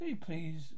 please